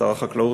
שר החקלאות,